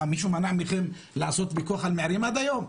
מה, מישהו מנע מכם לעשות פיקוח על מחירים עד היום?